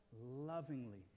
lovingly